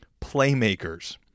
playmakers